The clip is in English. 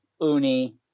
Uni